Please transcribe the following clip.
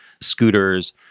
scooters